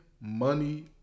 money